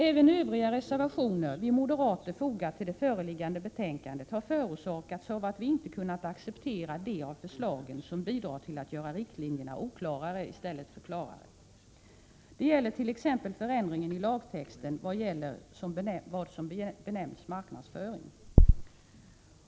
Även de övriga reservationer vi moderater fogat till det föreliggande betänkandet har förorsakats av att vi inte kunnat acceptera de av förslagen som bidrar till att göra riktlinjerna oklarare i stället för klarare. Detta gäller t.ex. förändringen i lagtexten i fråga om vad som benämns marknadsföring.